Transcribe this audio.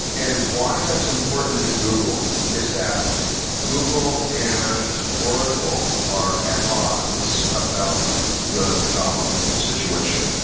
and why that's important to google is that google and oracle are at odds about the java situation.